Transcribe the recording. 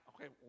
Okay